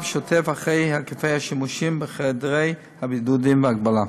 שוטף אחר היקפי השימושים בחדרי הבידוד וההגבלה.